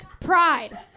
pride